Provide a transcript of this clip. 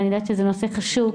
אני יודעת שזה נושא חשוב,